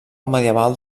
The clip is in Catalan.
medieval